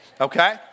Okay